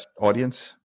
audience